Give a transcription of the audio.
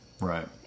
Right